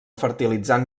fertilitzant